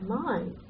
mind